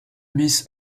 miss